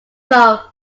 low